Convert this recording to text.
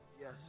Yes